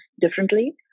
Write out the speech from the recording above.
differently